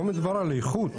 פה מדובר על איכות.